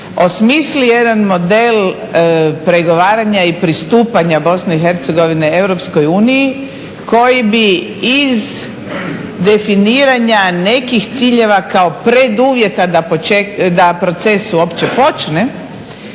osmisli jedan model pregovaranja i pristupanja BiH Europskoj uniji koji bi iz definiranja nekih ciljeva kao preduvjeta da proces uopće počne